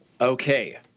Okay